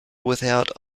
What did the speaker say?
without